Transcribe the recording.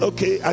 Okay